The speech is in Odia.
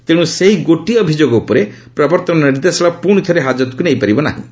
ତେଣୁ ସେହି ଗୋଟିଏ ଅଭିଯୋଗ ଉପରେ ପ୍ରବର୍ତ୍ତନ ନିର୍ଦ୍ଦେଶାଳୟ ପୁଣିଥରେ ହାଜତକୁ ନେଇ ପାରିବ ନାହିଁ